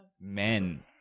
men